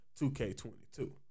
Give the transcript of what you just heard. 2K22